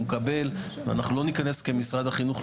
מקבל ואנחנו לא ניכנס כמשרד החינוך,